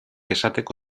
esateko